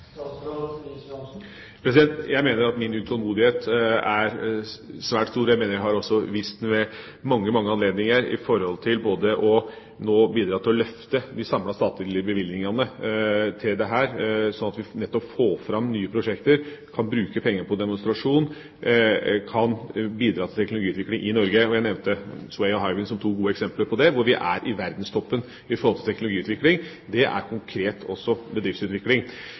Jeg mener at min utålmodighet er svært stor. Jeg mener jeg også har vist det ved mange, mange anledninger når det gjelder å bidra til å løfte de samlede statlige bevilgningene til dette sånn at vi får fram nye prosjekter, kan bruke penger på demonstrasjon og kan bidra til teknologiutvikling i Norge. Jeg nevnte SWAY og Hywind som eksempler på det, hvor vi er i verdenstoppen når det gjelder teknologiutvikling. Det er konkret også bedriftsutvikling.